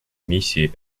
миссии